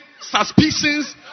suspicions